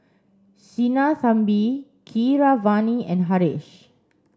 Sinnathamby Keeravani and Haresh